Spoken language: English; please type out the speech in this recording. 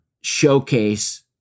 Showcase